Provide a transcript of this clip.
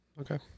Okay